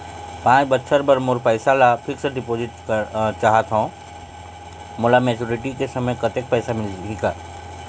पांच बछर बर मोर पैसा ला फिक्स डिपोजिट चाहत हंव, मोला मैच्योरिटी के समय कतेक पैसा मिल ही?